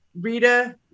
Rita